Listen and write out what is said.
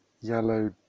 yellow